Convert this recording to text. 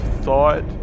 thought